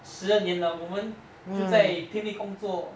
十二年了我们就在拼命工作